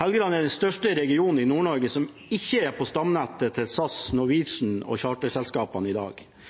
Helgeland er den største regionen i Nord-Norge som ikke er på stamnettet til SAS, Norwegian og charterselskapene i dag.